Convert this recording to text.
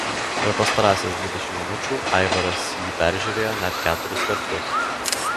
per pastarąsias dvidešimt minučių aivaras jį peržiūrėjo net keturis kartus